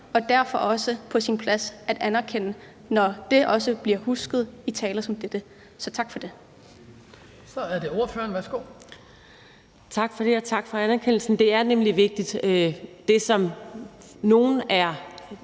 er det også på sin plads at anerkende det, når det bliver husket i taler som den foregående. Så tak for det.